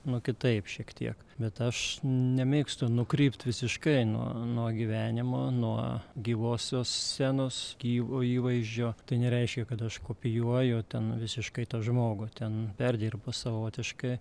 nu kitaip šiek tiek bet aš nemėgstu nukrypt visiškai nuo nuo gyvenimo nuo gyvosios scenos gyvo įvaizdžio tai nereiškia kad aš kopijuoju ten visiškai tą žmogų ten perdirbu savotiškai